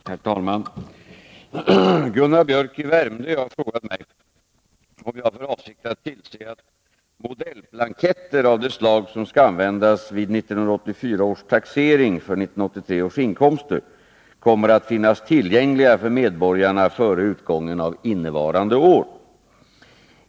Herr talman! Gunnar Biörck i Värmdö har frågat mig om jag har för avsikt att tillse att ”modellblanketter” av det slag som skall användas vid 1984 års taxering för 1983 års inkomster kommer att finnas tillgängliga för medborgarna före utgången av innevarande år.